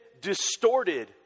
distorted